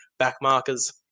backmarkers